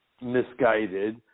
misguided